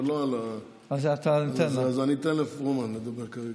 אז אני אתן לפרומן לדבר כרגע.